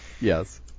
yes